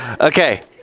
Okay